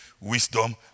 wisdom